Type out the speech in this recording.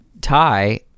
tie